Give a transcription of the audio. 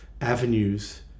avenues